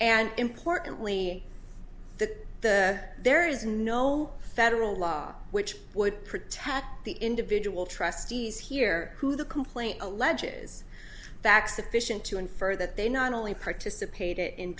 and importantly that there is no federal law which would protect the individual trustees here who the complaint alleges vacs efficient to infer that they not only participated in